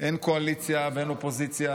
אין קואליציה ואין אופוזיציה,